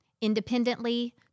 independently